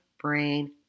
brain